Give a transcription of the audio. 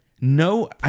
no